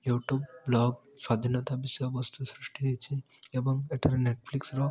YouTube blog ସ୍ୱାଧୀନତା ବିଷୟ ବସ୍ତୁ ସୃଷ୍ଟି ହେଇଛି ଏବଂ ଏଠାରେ ନେଟଫ୍ଲିକ୍ସର